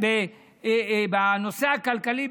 בנושא הכלכלי,